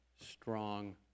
strong